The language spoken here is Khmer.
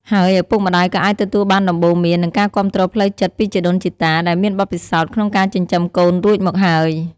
ហើយឪពុកម្តាយក៏អាចទទួលបានដំបូន្មាន និងការគាំទ្រផ្លូវចិត្តពីជីដូនជីតាដែលមានបទពិសោធន៍ក្នុងការចិញ្ចឹមកូនរួចមកហើយ។